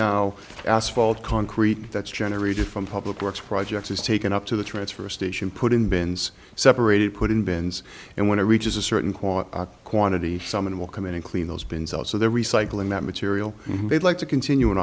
now asphalt concrete that's generated from public works projects is taken up to the transfer station put in bins separated put in bins and when it reaches a certain quality quantity someone will come in and clean those bins out so they're recycling that material they'd like to continue an